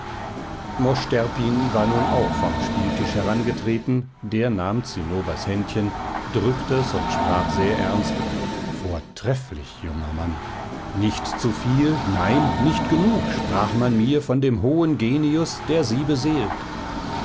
mosch terpin war nun auch vom spieltisch herangetreten der nahm zinnobers händchen drückte es und sprach sehr ernst vortrefflich junger mann nicht zuviel nein nicht genug sprach man mir von dem hohen genius der sie beseelt